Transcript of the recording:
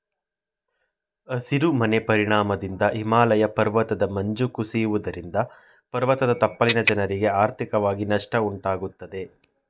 ಹಸಿರು ಮನೆ ಪರಿಣಾಮದಿಂದ ಹಿಮಾಲಯ ಪರ್ವತದ ಮಂಜು ಕುಸಿಯುವುದರಿಂದ ಪರ್ವತದ ತಪ್ಪಲಿನ ಜನರಿಗೆ ಆರ್ಥಿಕವಾಗಿ ನಷ್ಟ ಉಂಟಾಗುತ್ತದೆ